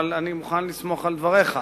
אבל אני מוכן לסמוך על דבריך.